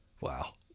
wow